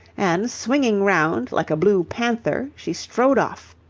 and, swinging round like a blue panther, she strode off.